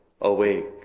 awake